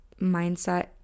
mindset